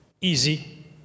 easy